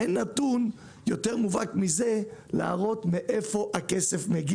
אין נתון יותר מובהק מזה כדי להראות מאיפה מגיע הכסף.